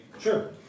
Sure